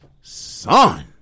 Son